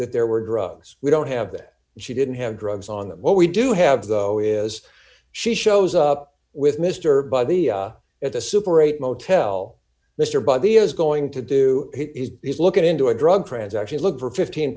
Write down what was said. that there were d drugs we don't have that she didn't have drugs on that what we do have though is she shows up with mr by the at the super eight motel mr body is going to do he's looking into a drug transaction look for fifteen